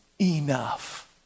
enough